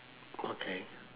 okay